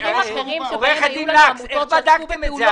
עו"ד לקס, איך בדקתם את זה?